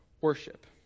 worship